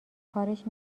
کارش